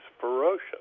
ferocious